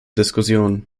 diskussion